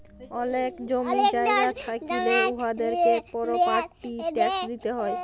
অলেক জমি জায়গা থ্যাইকলে উয়াদেরকে পরপার্টি ট্যাক্স দিতে হ্যয়